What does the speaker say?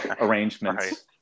arrangements